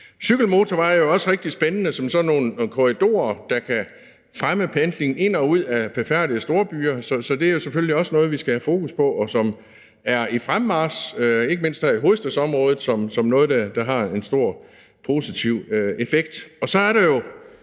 Cykelmotorveje er jo også rigtig spændende som sådan nogle korridorer, der kan fremme pendling ind og ud af befærdede storbyer, så det er selvfølgelig også noget, vi skal have fokus på, og som er i fremmarch, ikke mindst her i hovedstadsområdet, som noget, der har en stor og positiv effekt. Kl. 16:44 Så er der jo,